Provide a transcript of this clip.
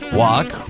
walk